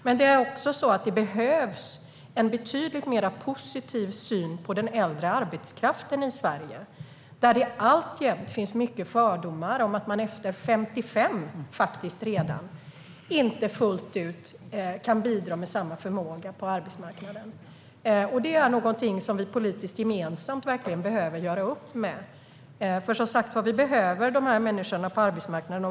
Men det behövs också en betydligt mer positiv syn på den äldre arbetskraften i Sverige, där det alltjämt finns många fördomar om att man faktiskt redan efter 55 års ålder inte fullt ut kan bidra med samma förmåga på arbetsmarknaden. Det är någonting som vi politiskt gemensamt verkligen behöver göra upp med. Vi behöver nämligen dessa människor på arbetsmarknaden.